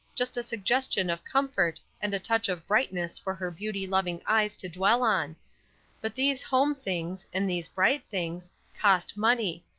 just a suggestion of comfort and a touch of brightness for her beauty-loving eyes to dwell on but these home things, and these bright things, cost money,